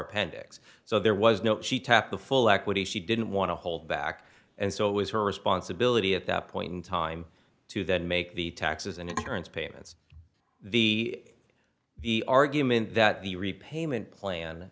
appendix so there was no she tapped the full equity she didn't want to hold back and so it was her responsibility at that point in time to then make the taxes and insurance payments the the argument that the repayment plan